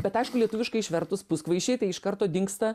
bet aišku lietuviškai išvertus puskvaišiai tai iš karto dingsta